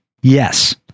yes